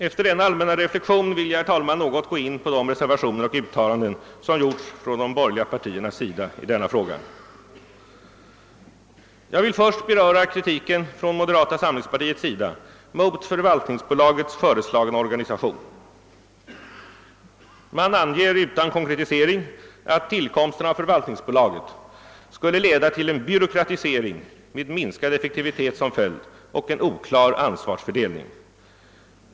Efter denna allmänna reflexion vill jag, herr talman, något gå in på de reservationer och uttalanden som gjorts från de borgerliga partiernas sida i denna fråga. Jag vill först beröra kritiken från moderata samlingspartiets sida mot förvaltningsbolagets föreslagna organisation. Man anger, utan konkretisering, att tillkomsten av förvaltningsbolaget skulle leda till en byråkratisering med minskad effektivitet som följd och en oklar ansvarsfördelning.